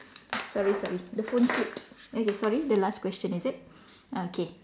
sorry sorry the phone slipped okay sorry the last question is it ah okay